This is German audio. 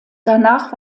danach